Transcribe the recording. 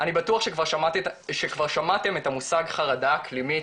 אני בטוח שכבר שמעתם את המושג חרדה אקלימית,